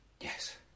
Yes